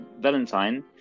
Valentine